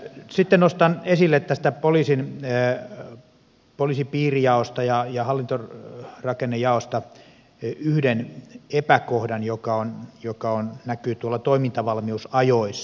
sitten nostan esille tästä poliisipiirijaosta ja hallintorakennejaosta yhden epäkohdan joka näkyy toimintavalmiusajoissa